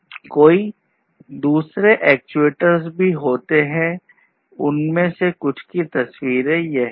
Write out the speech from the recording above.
कई दूसरे एक्चुएटर्स भी होते हैं उनमें से कुछ की तस्वीरें यह है